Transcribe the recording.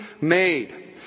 made